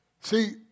See